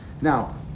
Now